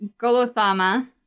Golothama